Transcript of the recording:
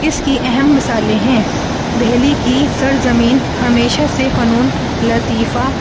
اس کی اہم مثالیں ہیں دہلی کی سرزمین ہمیشہ سے فنون لطیفہ